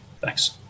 Thanks